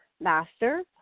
master